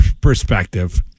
perspective